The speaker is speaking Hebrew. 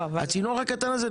הצינור הקטן הזה,